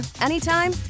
anytime